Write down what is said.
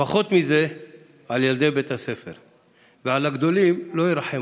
פחות מזה על ילדי בית הספר./ ועל הגדולים לא ירחם